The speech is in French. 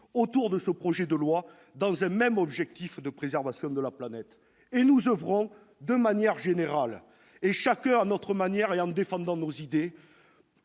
autour de ce projet de loi dans un même objectif de préservation de la planète et nous oeuvrons, de manière générale et chacun à notre manière et avec nos idées,